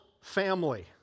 family